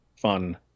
fun